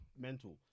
mental